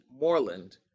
Moreland